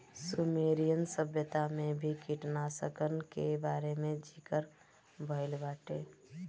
Sumerian सभ्यता में भी कीटनाशकन के बारे में ज़िकर भइल बाटे